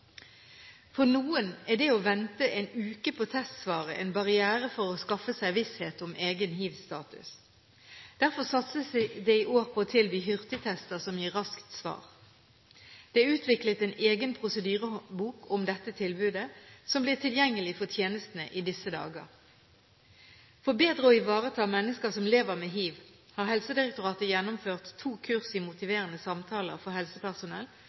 For noen er det å vente en uke på testsvaret en barriere for å skaffe seg visshet om egen hivstatus. Derfor satses det i år på å tilby hurtigtester som gir raskt svar. Det er utviklet en egen prosedyrebok om dette tilbudet, som blir tilgjengelig for tjenestene i disse dager. For bedre å ivareta mennesker som lever med hiv, har Helsedirektoratet gjennomført to kurs i motiverende samtaler for helsepersonell